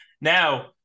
now